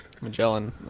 magellan